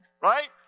right